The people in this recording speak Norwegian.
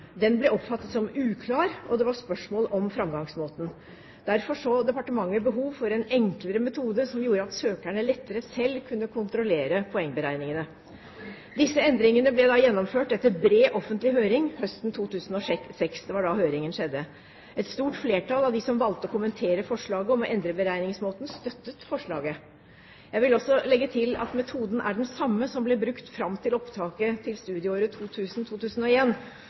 den tidligere beregningsmåten. Den ble oppfattet som uklar, og det var spørsmål om framgangsmåten. Derfor så departementet behov for en enklere metode som gjorde at søkerne lettere selv kunne kontrollere poengberegningene. Disse endringene ble gjennomført etter bred offentlig høring høsten 2006 – det var da høringen skjedde. Et stort flertall av dem som valgte å kommentere forslaget om å endre beregningsmåten, støttet forslaget. Jeg vil også legge til at metoden er den samme som ble brukt fram til opptaket til studieåret